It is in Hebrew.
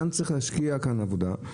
כאן צריך להשקיע עבודה.